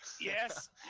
yes